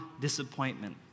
Disappointment